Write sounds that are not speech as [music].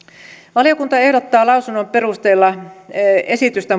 valiokunta ehdottaa lausunnon perusteella esitystä [unintelligible]